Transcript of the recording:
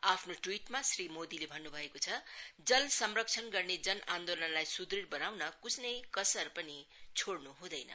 आफ्नो ट्वीट मा श्री मोदीले भन्न् भएको छ जल संरक्षण गर्ने जल आन्दोलनलाई सुदृढ बनाउन कुनै कसर पनि छोड़न् हुँदैन